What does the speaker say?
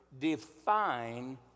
define